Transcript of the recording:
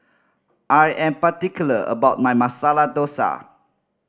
I am particular about my Masala Dosa